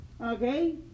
okay